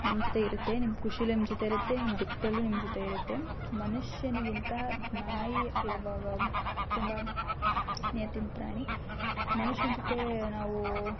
ನಿಮ್ಮ ಜೊತೆ ಇರುತ್ತೆ ನಿಮ್ಮ ಖುಷೀಲಿ ನಿಮ್ಮ ಜೊತೆ ಇರುತ್ತೆ ನಿಮ್ಮ ದುಃಖದಲ್ಲೂ ನಿಮ್ಮ ಜೊತೆ ಇರುತ್ತೆ ಮನುಷ್ಯನಿಗಿಂತ ನಾಯಿ ಇವಾಗ ತುಂಬ ನಿಯತ್ತಿನ ಪ್ರಾಣಿ ಮನುಷ್ಯನ ಜೊತೆ ನಾವು